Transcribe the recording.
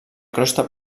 crosta